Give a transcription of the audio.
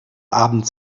abend